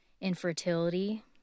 infertility